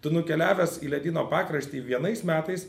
tu nukeliavęs į ledyno pakraštį vienais metais